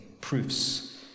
proofs